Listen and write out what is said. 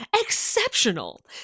exceptional